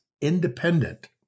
independent